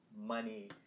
money